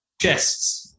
chests